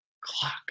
clock